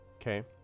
okay